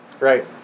Right